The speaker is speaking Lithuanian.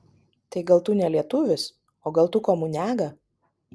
tai gal tu ne lietuvis o gal tu komuniaga